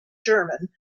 german